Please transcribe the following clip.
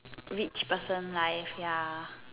rich person life ya